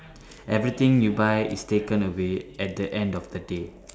everything you buy is taken away at the end of the day